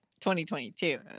2022